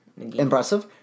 impressive